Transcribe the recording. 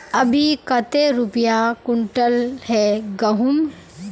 अभी कते रुपया कुंटल है गहुम?